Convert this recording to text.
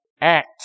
act